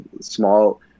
small